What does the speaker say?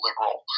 liberal